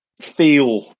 feel